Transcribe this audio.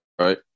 right